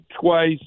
twice